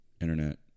internet